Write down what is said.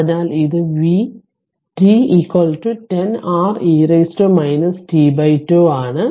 അതിനാൽ ഇത് V t I0 R e t τ ആണ്